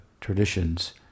traditions